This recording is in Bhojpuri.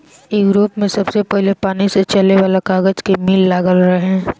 यूरोप में सबसे पहिले पानी से चले वाला कागज के मिल लागल रहे